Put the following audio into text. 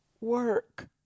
work